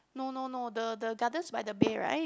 no no no the the Gardens by the Bay right